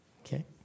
Okay